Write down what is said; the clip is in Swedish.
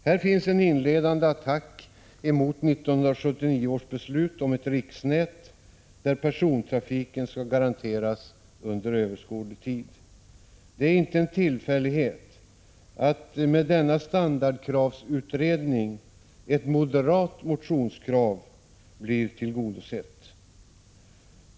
Här görs en inledande attack mot 1979 års beslut om ett riksnät där persontrafiken skall garanteras under överskådlig tid. Det är inte en tillfällighet att med denna standardkravsutredning ett moderat motionskrav blir tillgodosett.